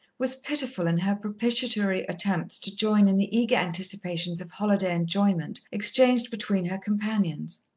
was pitiful in her propitiatory attempts to join in the eager anticipations of holiday enjoyment exchanged between her companions.